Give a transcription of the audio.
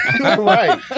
Right